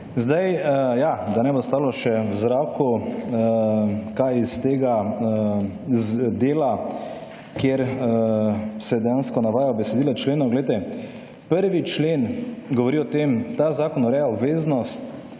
ja, da ne bo ostalo še v zraku, kaj iz tega dela, kjer se dejansko navaja besedilo členov. Glejte, prvi člen govori o tem, ta zakon ureja obveznost